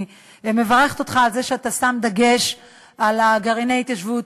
אני מברכת אותך על זה שאתה שם דגש על גרעיני ההתיישבות,